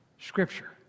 Scripture